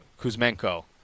Kuzmenko